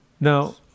Now